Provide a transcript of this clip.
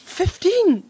fifteen